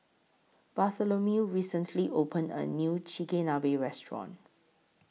Bartholomew recently opened A New Chigenabe Restaurant